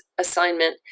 assignment